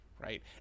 right